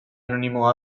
anonimo